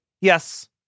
Yes